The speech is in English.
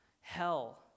Hell